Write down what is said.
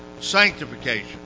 sanctification